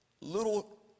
little